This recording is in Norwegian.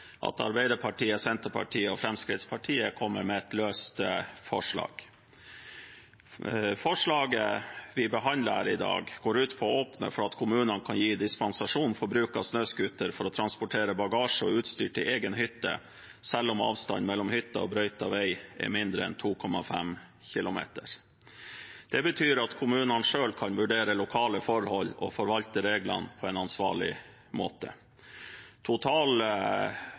at Arbeiderpartiet, Senterpartiet og Fremskrittspartiet kommer med et løst forslag. Forslaget vi behandler her i dag, går ut på å åpne for at kommunene kan gi dispensasjon for bruk av snøscooter for å transportere bagasje og utstyr til egen hytte, selv om avstanden mellom hytte og brøytet vei er mindre enn 2,5 km. Det betyr at kommunene selv kan vurdere lokale forhold og forvalte reglene på en ansvarlig måte.